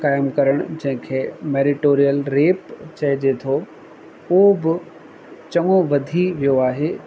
करम करणु जंहिंखे मैरिटोरियल रेप चइजे थो उहो बि चङो वधी वियो आहे